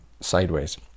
sideways